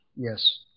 Yes